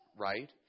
Right